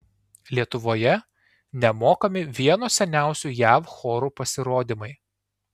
lietuvoje nemokami vieno seniausių jav chorų pasirodymai